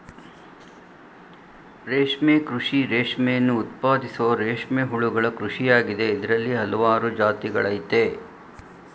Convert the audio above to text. ರೇಷ್ಮೆ ಕೃಷಿ ರೇಷ್ಮೆಯನ್ನು ಉತ್ಪಾದಿಸೋ ರೇಷ್ಮೆ ಹುಳುಗಳ ಕೃಷಿಯಾಗಿದೆ ಇದ್ರಲ್ಲಿ ಹಲ್ವಾರು ಜಾತಿಗಳಯ್ತೆ